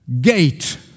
gate